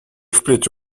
впредь